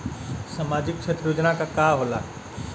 सामाजिक क्षेत्र योजना का होला?